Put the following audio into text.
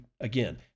again